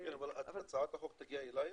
הצעת החוק תגיע אלייך?